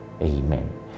Amen